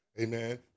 Amen